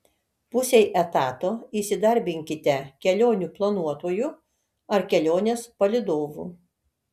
pusei etato įsidarbinkite kelionių planuotoju ar kelionės palydovu